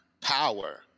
power